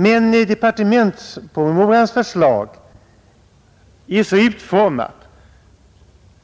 Men departementspromemorians förslag är så utformat